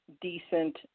decent